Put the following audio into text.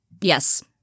yes